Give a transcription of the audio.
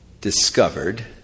discovered